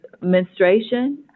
menstruation